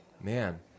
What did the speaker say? Man